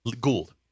Gould